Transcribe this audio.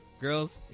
girls